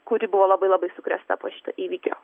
kuri buvo labai labai sukrėsta po šito įvykio